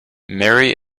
marry